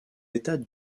états